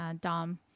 Dom